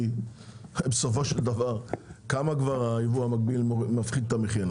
כי בסופו של דבר כמה כבר היבוא המקביל מפחית את המחיר,